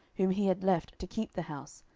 whom he had left to keep the house,